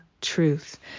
Truth